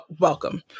welcome